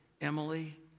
Emily